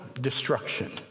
destruction